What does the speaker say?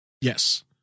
Yes